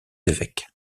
évêques